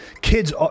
kids